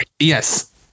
Yes